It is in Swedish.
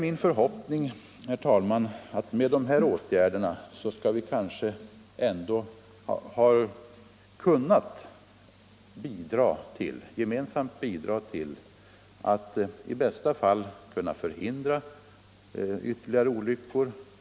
Min förhoppning är, herr talman, att vi med dessa åtgärder gemensamt skall kunna minska antalet olyckor.